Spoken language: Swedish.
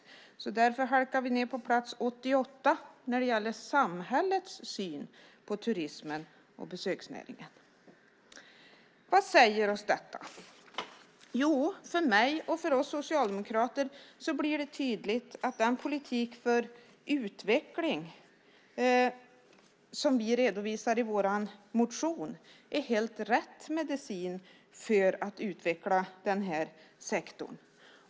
Därför halkar vi ned på plats 88 när det gäller samhällets syn på turismen och besöksnäringen. Vad säger oss det? För mig och oss socialdemokrater blir det tydligt att den politik för utveckling som vi redovisar i vår motion är helt rätt medicin för att utveckla den här sektorn.